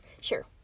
Sure